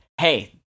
hey